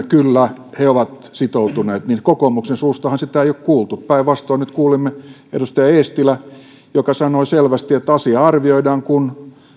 kyllä he ovat sitoutuneet niin kokoomuksen suustahan sitä ei ole kuultu päinvastoin nyt kuulimme että edustaja eestilä sanoi selvästi että asia arvioidaan kun